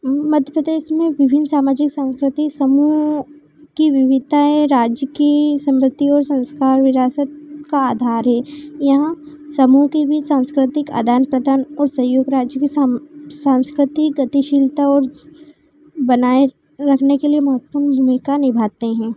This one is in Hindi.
मध्य प्रदेश में विभिन्न सामाजिक साँस्कृतिक समूहों की विविधताएँ राज्य की समृद्धि और संस्कार विरासत का आधार हैं यहाँ समूहों के बीच सांस्कृतिक आदान प्रदान और सहयोग राज्य के सांस्कृतिक गतिशीलता और बनाए रखने के लिए महत्वपूर्ण भूमिका निभाते हैं